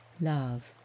love